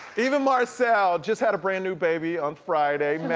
eva marcille just had a brand-new baby on friday,